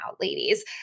ladies